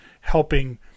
helping